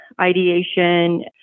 ideation